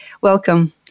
welcome